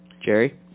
Jerry